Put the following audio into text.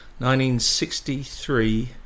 1963